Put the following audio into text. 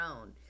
own